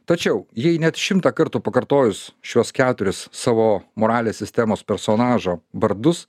tačiau jie net šimtą kartų pakartojus šiuos keturis savo moralės sistemos personažo vardus